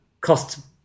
costs